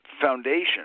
foundation